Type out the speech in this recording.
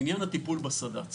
לעניין הטיפול בסד"צ